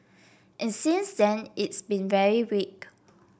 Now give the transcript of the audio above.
and since then it's been very weak